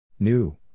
New